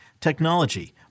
technology